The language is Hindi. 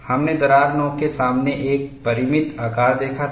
हमने दरार नोक के सामने एक परिमित आकार देखा था